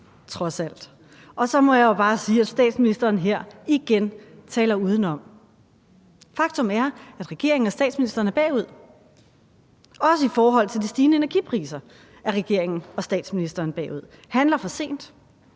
Og så må jeg jo bare sige, at statsministeren her igen taler udenom. Faktum er, at regeringen og statsministeren er bagud. Og også i forhold til de stigende energipriser er regeringen og statsministeren bagud. Man handler for sent